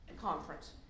conference